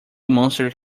monster